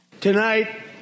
Tonight